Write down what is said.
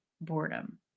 boredom